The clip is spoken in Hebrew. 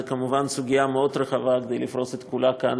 זו כמובן סוגיה רחבה מכדי לפרוס את כולה כאן,